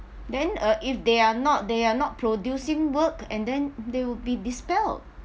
then uh if they are not they are not producing work and then they will be dispelled